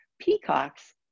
peacocks